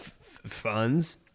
funds